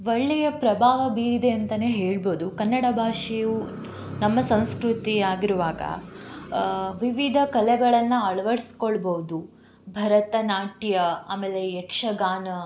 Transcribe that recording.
ಒಳ್ಳೆಯ ಪ್ರಭಾವ ಬೀರಿದೆ ಅಂತ ಹೇಳ್ಬೊದು ಕನ್ನಡ ಭಾಷೆಯು ನಮ್ಮ ಸಂಸ್ಕೃತಿ ಆಗಿರುವಾಗ ವಿವಿಧ ಕಲೆಗಳನ್ನು ಅಳವಡಿಸ್ಕೊಳ್ಬೋದು ಭರತನಾಟ್ಯ ಆಮೇಲೆ ಯಕ್ಷಗಾನ